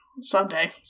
Someday